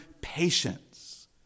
patience